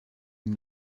ihm